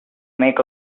make